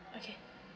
okay